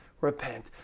repent